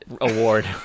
award